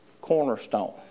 cornerstone